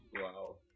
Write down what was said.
Wow